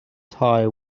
tie